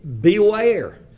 beware